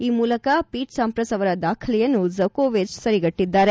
ಈ ಮೂಲಕ Pete Sampras ಅವರ ದಾಖಲೆಯನ್ನು ಜೋಕೋವಿಚ್ ಸರಿಗಟ್ಟದ್ದಾರೆ